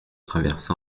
traversa